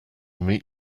meet